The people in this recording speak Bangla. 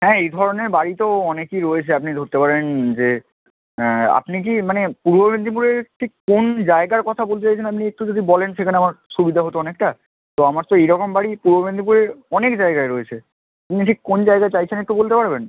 হ্যাঁ এই ধরণের বাড়ি তো অনেকেই রয়েছে আপনি ধরতে পারেন যে আপনি কী মানে পূর্ব মেদিনীপুরের ঠিক কোন জায়গার কথা বলতে চাইছেন আপনি একটু যদি বলেন সেখানে আমার সুবিধা হতো অনেকটা তো আমার তো এই রকম বাড়ি পূর্ব মেদিনীপুরের অনেক জায়গায় রয়েছে আপনি ঠিক কোন জায়গা চাইছেন একটু বলতে পারবেন